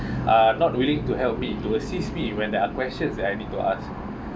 uh not willing to help me to assist me when there are questions that I need to ask